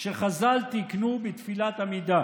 שחז"ל תיקנו בתפילת עמידה,